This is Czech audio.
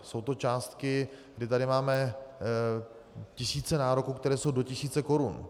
Jsou to částky, kdy tady máme tisíce nároků, které jsou do tisíce korun.